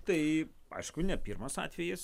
tai aišku ne pirmas atvejis